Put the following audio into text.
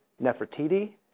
Nefertiti